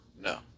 No